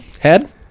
Head